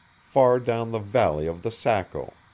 far down the valley of the saco.